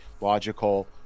logical